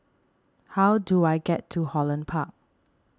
how do I get to Holland Park